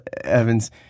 Evans